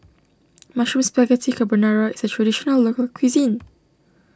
Mushroom Spaghetti Carbonara is a Traditional Local Cuisine